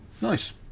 nice